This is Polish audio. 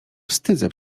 wstydzę